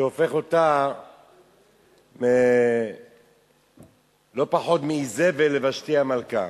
הופך אותה ללא פחות מאיזבל, לוושתי המלכה.